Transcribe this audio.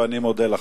ואני מודה לך,